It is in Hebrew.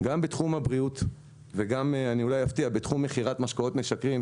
גם בתחום הבריאות וגם בתחום מכירת משקאות משכרים,